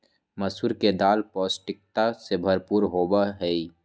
मसूर के दाल पौष्टिकता से भरपूर होबा हई